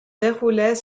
déroulaient